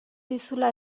dizula